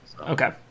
Okay